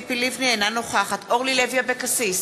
אינה נוכחת אורלי לוי אבקסיס,